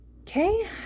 Okay